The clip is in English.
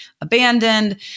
abandoned